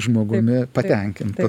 žmogumi patenkintu